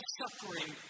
suffering